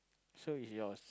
so if yours